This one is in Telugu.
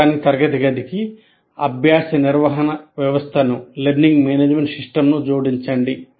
ఎలక్ట్రానిక్ తరగతి గదికి అభ్యాస నిర్వహణ వ్యవస్థను జోడించండి